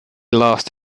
last